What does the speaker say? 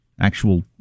Actual